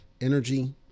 energy